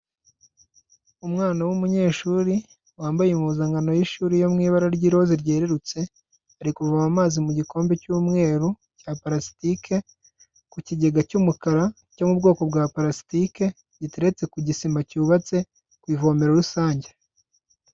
Umwana w'umunyeshuri wambaye impuzankano y'ishuri yo mu ibara ry'iroza ryerurutse, ari kuvoma amazi mu gikombe cy'umweru cya parasitike ku kigega cy'umukara cyo mu bwoko bwa parasitike giteretse ku gisima cyubatse ku ivomero rusange.